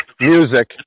music